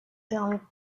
permet